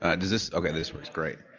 ah does this okay, this works great.